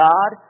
God